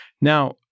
Now